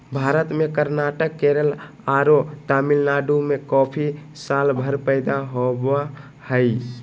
भारत में कर्नाटक, केरल आरो तमिलनाडु में कॉफी सालभर पैदा होवअ हई